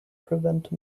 prevent